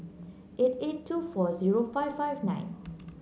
eight eight two four zero five five nine